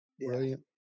Brilliant